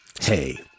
Hey